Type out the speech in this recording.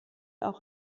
auch